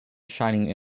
shining